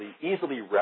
easily